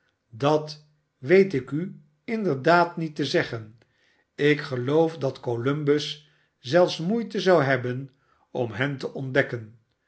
dat weet ik u inderdaad niet te zeggen ik geloof dat columbus zelfs moeite zou hebben om hen te ontdekken